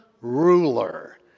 ruler